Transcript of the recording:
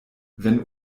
wenn